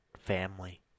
family